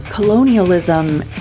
Colonialism